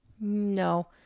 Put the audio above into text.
No